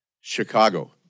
Chicago